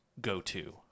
go-to